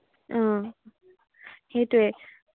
অঁ সেইটোৱে